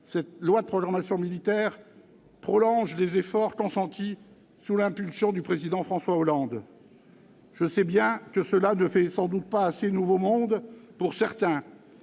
cette loi de programmation militaire prolonge les efforts consentis sous l'impulsion du président François Hollande. Je sais bien que cela ne fait sans doute pas assez « nouveau monde » pour certains,